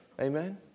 Amen